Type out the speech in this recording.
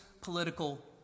political